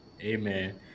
Amen